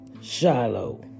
Shiloh